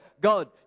God